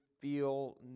feel